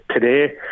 today